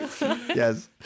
Yes